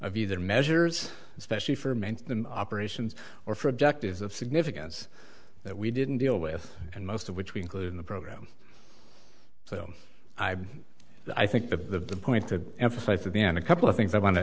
of either measures especially for main operations or for objectives of significance that we didn't deal with and most of which we include in the program so i i think the point to emphasize at the end a couple of things i want to